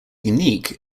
unique